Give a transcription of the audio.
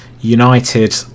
United